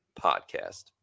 podcast